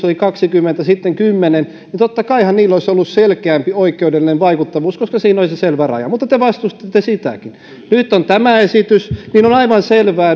oli kaksikymmentä sitten kymmenen niin olisihan niillä totta kai ollut selkeämpi oikeudellinen vaikuttavuus koska siinä oli se selvä raja mutta te vastustitte sitäkin nyt on tämä esitys niin on aivan selvää